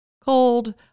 cold